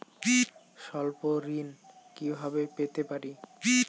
স্বল্প ঋণ কিভাবে পেতে পারি?